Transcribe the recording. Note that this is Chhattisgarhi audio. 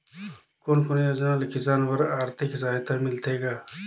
कोन कोन योजना ले किसान बर आरथिक सहायता मिलथे ग?